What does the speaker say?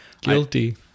Guilty